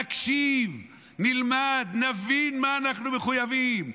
נקשיב, נלמד, נבין מה אנחנו מחויבים.